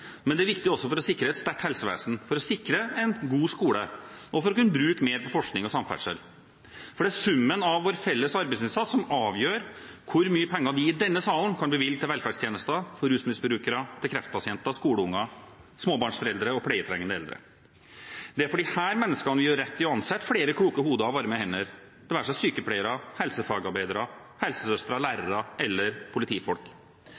men det er viktig også for å sikre et sterkt helsevesen, for å sikre en god skole og for å kunne bruke mer på forskning og samferdsel. Det er summen av vår felles arbeidsinnsats som avgjør hvor mye penger vi i denne salen kan bevilge til velferdstjenester, til rusmisbrukere, til kreftpasienter, skolebarn, småbarnsforeldre og pleietrengende eldre. Det er for disse menneskenes skyld vi gjør rett i å ansette flere kloke hoder og varme hender, det være seg sykepleiere, helsefagarbeidere, helsesøstre, lærere eller politifolk.